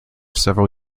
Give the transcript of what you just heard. several